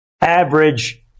average